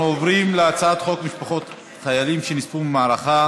אנחנו עוברים להצעת חוק משפחות חיילים שנספו במערכה